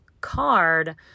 card